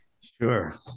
Sure